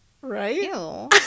right